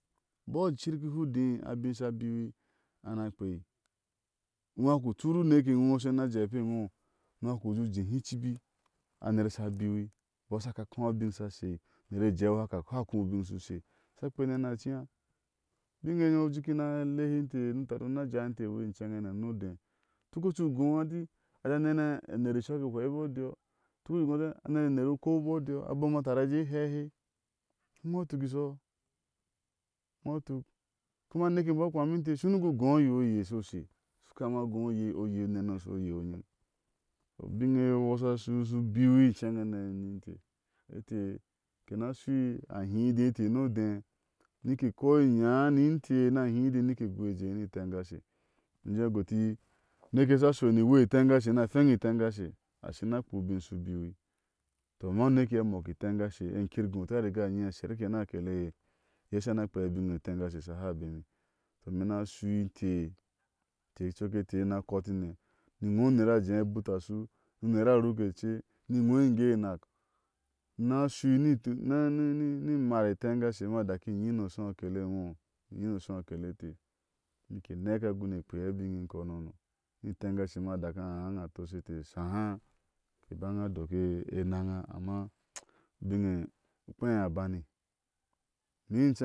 Bɔ a cirki he u udé a bin a sha abiwi a ni a kpeai ino u aaki u turu. u neke iŋo a shi a nia jepi e ino ni u aa ki i jeiu je he iicibi a ner a shaabiwi imbɔɔ a sha a aki a ko abiŋ a sha shei, uner ijeu a aki a hana ko ubin shiu u she asha kpenine nia ciya bine e iye nyom u shiu u jiika a ni a lehi inte niu utari uni ajaa wi inte iwei icenhane ni ode o tuk ocui u go hɛeti a jea ni nehe enɛr ishɔk i hwei imɔɔ u diyɔ tuk e go ahɛ eti a nine e ner ukuo bɔɔ u diyɔ. abom a tari a jee he he u nwe u tuki shɔhɔɔ unweutuk? Kuma a neke imbɔɔ a kpama inte u shiniu go a yea ioye she o she kama go oyei oyei obnene a shɔi oyei o nyiŋ. tɔ ubinne e iye u wa sha shɔshu biwi incenhane ni inte inte, ke naa shui a hide inte ni ode ni ke koinya ni inte na a inde nike gui jeei nie itengash ime je guti uneke iye a sha shɔni iwei e ite ngase nia fene iteŋgadshe a shi na kpea u bin shiu biwi tɔ amma uneke iye a shamɔ. rkei itengashe, e ikrrigo ashi a ate riga a nyi asher ke ni a akele iye iye a sha ni a kpea a bine itengashe a shi ha abemi tɔ ime ina shui inte imte cokoke mte ina kɔtine, ni ino uner a abuta a ashu ni ino uner a ruke ce ni iŋo m ge e inak inaa shui ni tui nani ninimai e itɛngashe nia daki inyini o shui a akele inmo i nyi nio shui aa kelete ni ke nɛke a guni a kpea a biŋ n kononɔ nie iteŋgshi a ma daki a aaŋa a toishe te shaha ke baŋa adoki enaŋa ama u binɛ u kpe iya bani